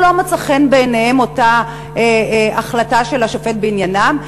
שלא מצאה חן בעיניהם אותה החלטה של השופט בעניינם,